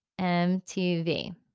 MTV